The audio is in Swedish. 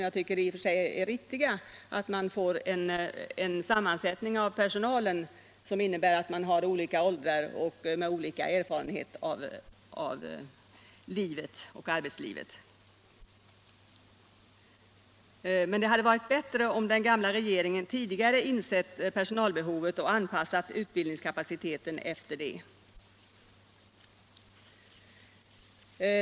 Jag anser det också riktigt att man får personalen sammansatt av olika åldersgrupper, med olika erfarenhet av livet och arbetet. Det hade dock varit bättre att den gamla regeringen tidigare insett personalbehovet och anpassat utbildningskapaciteten efter detta.